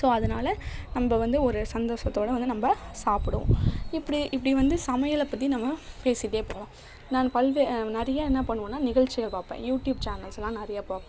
so அதனால நம்ப வந்து ஒரு சந்தோஷத்தோடு வந்து நம்ப சாப்பிடுவோம் இப்படி இப்படி வந்து சமையலை பற்றி நம்ம பேசிகிட்டே போகலாம் நான் பல்வே நிறைய என்ன பண்ணுவேன்னால் நிகழ்ச்சிகள் பார்ப்பேன் யூடியூப் சேனல்ஸ்ஸுலாம் நிறைய பார்ப்பேன்